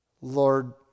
Lord